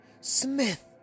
Smith